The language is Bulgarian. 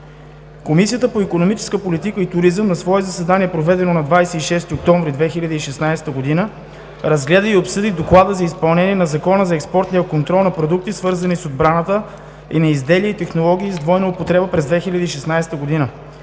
Комисията по икономическа политика и туризъм на свое заседание, проведено на 26 октомври 2016 г., разгледа и обсъди Доклада за изпълнението на Закона за експортния контрол на продукти, свързани с отбраната, и на изделия и технологии с двойна употреба през 2016 г.